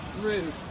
Rude